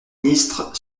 ministre